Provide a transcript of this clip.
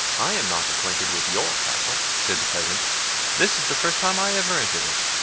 i am not acquainted with your castle, said the peasant this is the first time i ever entered it,